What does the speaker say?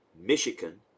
Michigan